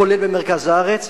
כולל במרכז הארץ.